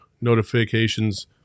notifications